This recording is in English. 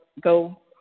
go